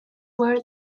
were